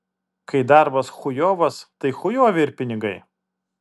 kai darbas chujovas tai chujovi ir pinigai